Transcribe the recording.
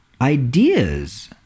ideas